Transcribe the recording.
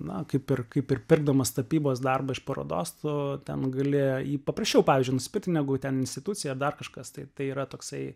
na kaip ir kaip ir pirkdamas tapybos darbą iš parodos tu ten gali jį paprasčiau pavyzdžiui nusipirkti negu ten institucija ar dar kažkas tai tai yra toksai